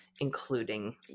including